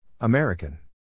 American